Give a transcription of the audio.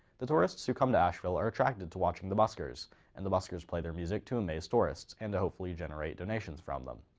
the tourists who come to asheville are attracted to watching the buskers and the buskers play their music to amaze tourists and to hopefully generate donations from them.